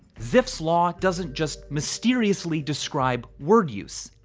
zipf's law doesn't just mysteriously describe word use.